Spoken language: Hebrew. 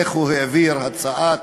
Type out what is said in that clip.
איך הוא העביר הצעת